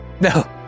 No